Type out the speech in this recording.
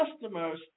customers